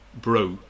broke